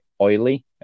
oily